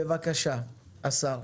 בבקשה, השר.